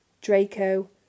Draco